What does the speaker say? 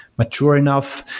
mature enough.